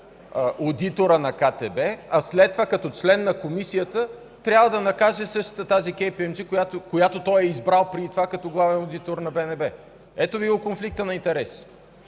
одитора на КТБ, а след това като член на Комисията трябва да накаже същата тази „Кей Пи Ем Джи”, която той е избрал преди това като главен одитор на БНБ. Ето Ви го конфликта на интереси.